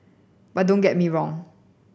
but don't get me wrong